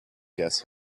guess